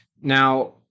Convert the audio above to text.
now